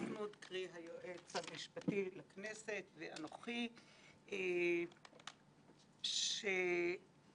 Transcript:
שפרסום הדוח באתר הוועדה, באתר הכנסת למעשה,